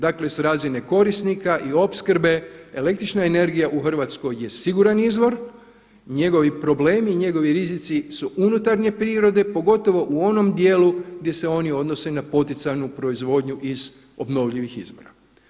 Dakle sa razine korisnika i opskrbe električna energija u Hrvatskoj je siguran izvor, njegovi problemi i njegovi rizici su unutarnje prirode pogotovo u onom dijelu gdje se oni odnose na poticanu proizvodnju iz obnovljivih izvora.